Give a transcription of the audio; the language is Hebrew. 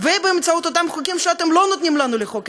ובאמצעות אותם חוקים שאתם לא נותנים לנו לחוקק.